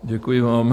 Děkuji vám.